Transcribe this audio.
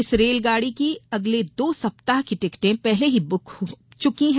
इस रेलगाड़ी की अगले दो सप्ताह की टिकटें पहले ही बिक चुकी हैं